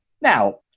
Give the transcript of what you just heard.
Now